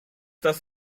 das